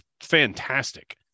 fantastic